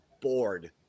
bored